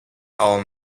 all